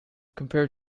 compared